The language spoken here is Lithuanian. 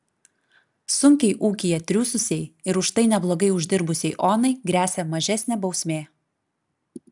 sunkiai ūkyje triūsusiai ir už tai neblogai uždirbusiai onai gresia mažesnė bausmė